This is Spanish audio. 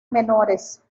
menores